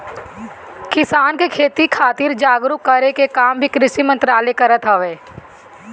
किसान के खेती खातिर जागरूक करे के काम भी कृषि मंत्रालय करत हवे